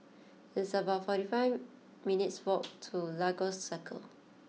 it's about forty five minutes' walk to Lagos Circle